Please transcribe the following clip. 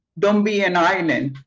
don't be an island.